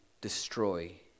destroy